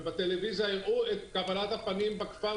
ובטלוויזיה הראו את קבלת הפנים בכפר